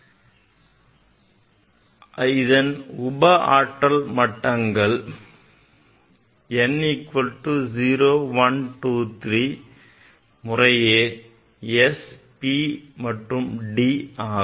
n equal to 0 1 2 இதன் உப ஆற்றல் மட்டங்கள் s p d ஆகும்